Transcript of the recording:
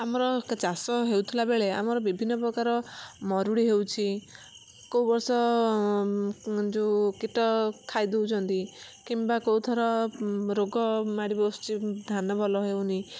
ଆମର ଚାଷ ହେଉଥିଲା ବେଳେ ଆମର ବିଭିନ୍ନ ପ୍ରକାର ମରୁଡ଼ି ହେଉଛି କେଉଁବର୍ଷ ଯେଉଁ କୀଟ ଖାଇଦଉଛନ୍ତି କିମ୍ବା କେଉଁଥର ରୋଗ ମାଡ଼ି ବସୁଛି ଧାନ ଭଲ ହେଉନି